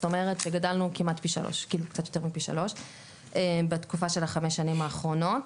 זאת אומרת שגדלנו קצת יותר מפי 3. בתקופה של ה-5 שנים האחרונות